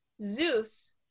Zeus